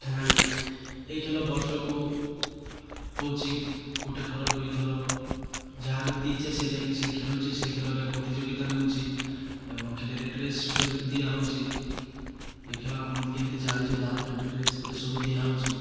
ଖେଳାଳି ଏହି ଖେଳ ବର୍ଷକୁ ହେଉଛି ଗୋଟେ ଥର ଦୁଇ ଥର ଯାହାର ଯେମିତି ଇଚ୍ଛା ସେ ଯାଇକି ସେ ଖେଳୁଛି ସେ ଖେଳରେ ପ୍ରତିଯୋଗିତା ନେଉଛି ଏବଂ ଖେଳରେ ଡ୍ରେସ୍ ଫ୍ରେ ଦିଆହେଉଛି ଯେ ଖେଳ ଆମର କେମିତି ଚାଲୁଛି ତାର ପାଇଁ ବି ଡ୍ରେସ୍ ଫ୍ରେସ୍ ସବୁ ଦିଆହେଉଛି